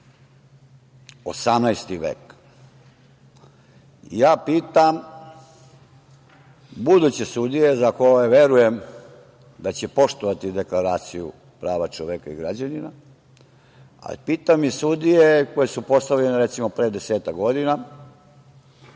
18. vek. Pitam buduće sudije, za koje verujem da će poštovati Deklaraciju prava čoveka i građanina, a pitam i sudije koje su postavljene, recimo, pre desetak godina,